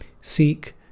seek